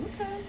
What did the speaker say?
Okay